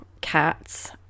cats